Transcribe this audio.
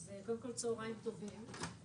קודם כול, צוהוריים טובים.